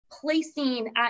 placing